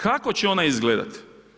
Kako će ona izgledati?